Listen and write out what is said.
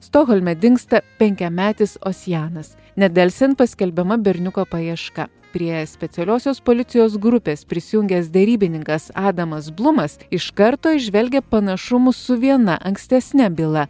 stokholme dingsta penkiametis osjanas nedelsiant paskelbiama berniuko paieška prie specialiosios policijos grupės prisijungęs derybininkas adamas blumas iš karto įžvelgia panašumų su viena ankstesne byla